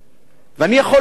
ואני יכול לומר לכם